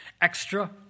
extra